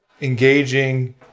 engaging